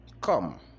come